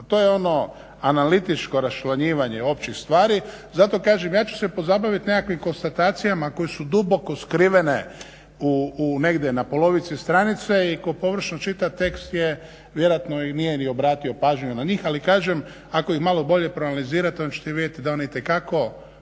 to je ono analitičko raščlanjivanje općih stvari. Zato kažem, ja ću se pozabavit nekakvim konstatacijama koje su duboko skrivene negdje na polovici stranice i tko površno čita tekst vjerojatno nije ni obratio pažnju na njih ali kažem ako ih malo bolje proanalizirate onda ćete vidjeti da one itekako